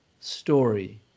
story